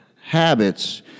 habits